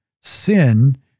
Sin